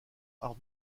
art